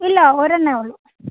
ഇല്ല ഒരെണ്ണമേ ഉള്ളൂ